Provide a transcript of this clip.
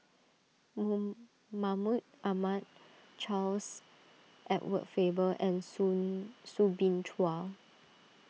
Mahmud Ahmad Charles Edward Faber and Soo Soo Bin Chua